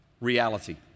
reality